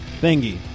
thingy